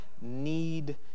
need